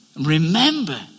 Remember